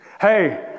Hey